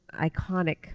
iconic